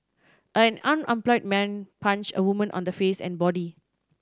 an unemployed man punched a woman on the face and body